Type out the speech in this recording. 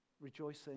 rejoicing